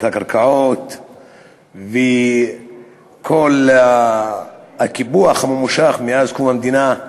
הקרקעות וכל הקיפוח הממושך מאז קום המדינה,